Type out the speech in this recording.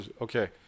okay